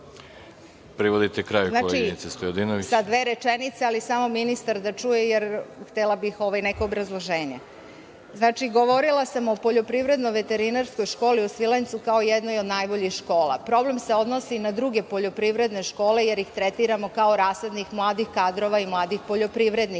Stojadinović. **Danijela Stojadinović** Znači, sa dve rečenice, ali smo ministar da čuje, jer htela bih neko obrazloženje. Govorila samo o Poljoprivredno veterinarskoj školi u Svilajncu, kao jednoj od najboljih škola. Problem se odnosi na druge poljoprivredne škole, jer ih tretiramo, kao rasadnik mladih kadrova i mladih poljoprivrednika.